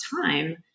time